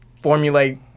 formulate